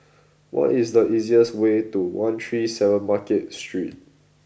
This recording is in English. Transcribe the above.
what is the easiest way to one three seven Market Street